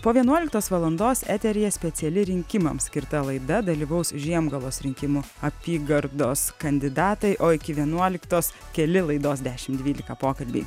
po vienuoliktos valandos eteryje speciali rinkimams skirta laida dalyvaus žiemgalos rinkimų apygardos kandidatai o iki vienuoliktos keli laidos dešim dvylika pokalbiai